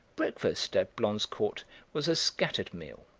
breakfast at blonzecourt was a scattered meal,